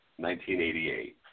1988